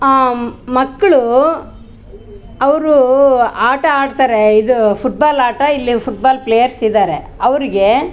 ಹಾಂ ಮಕ್ಕಳು ಅವರು ಆಟ ಆಡ್ತಾರೆ ಇದು ಫುಟ್ಬಾಲ್ ಆಟ ಇಲ್ಲಿ ಫುಟ್ಬಾಲ್ ಪ್ಲೇಯರ್ಸ್ ಇದ್ದಾರೆ ಅವರಿಗೆ